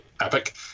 epic